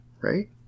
right